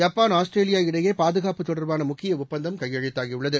Japan இடையே பாதுகாப்பு தொடர்பான முக்கிய ஒப்பந்தம் கையெழுத்தாகியுள்ளது